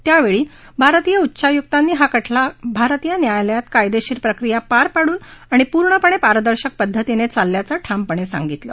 यावेळी उच्चायुक्तांनी हा खटला भारतीय न्यायालयात कायदेशीर प्रक्रिया पार पाडून आणि पूर्णपणे पारदर्शक पद्धतीने चालल्याचं ठामपणे सांगितलं